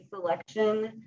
selection